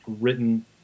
written